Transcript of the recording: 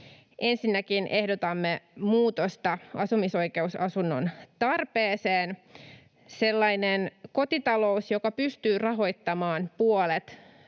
Ensinnäkin ehdotamme muutosta asumisoikeusasunnon tarpeeseen. Sellainen kotita-lous, joka pystyy rahoittamaan puolet,